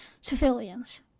civilians